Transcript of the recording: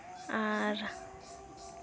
ᱟᱨ